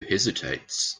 hesitates